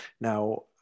Now